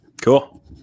Cool